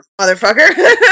motherfucker